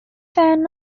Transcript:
fan